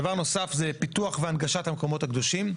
דבר נוסף זה פיתוח והנגשת המקומות הקדושים.